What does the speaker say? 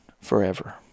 forever